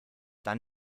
dann